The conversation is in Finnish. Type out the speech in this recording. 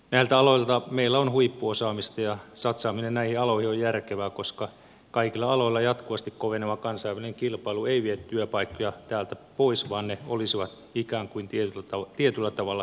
näiltä aloilta meillä on huippuosaamista ja satsaaminen näihin aloihin on järkevää koska kaikilla aloilla jatkuvasti koveneva kansainvälinen kilpailu ei vie työpaikkoja täältä pois vaan ne olisivat ikään kuin tietyllä tavalla pysyviä työpaikkoja